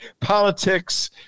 politics